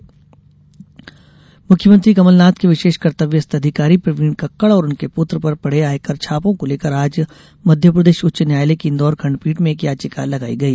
आयकर चुनौती मुख्यमंत्री कमलनाथ के विशेष कर्तव्यस्थ अधिकारी प्रवीण कक्कड़ और उनके पुत्र पर पड़े आयकर छापों को लेकर आज मध्यप्रदेश उच्च न्यायालय की इंदौर खण्डपीठ में एक याचिका लगाई गई